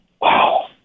Wow